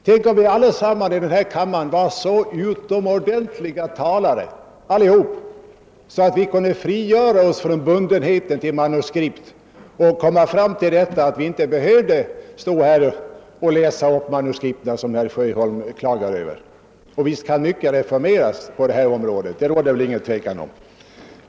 Tänk om vi allesammans i denna kammare vore så utomordentliga talare, att vi kunde frigöra oss från bundenheten av manuskript och inte stå här och läsa upp dessa manuskript som herr Sjöholm klagar över! Visst kan mycket reformeras på detta område; det råder ingen tvekan om detta.